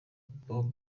bobo